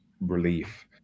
relief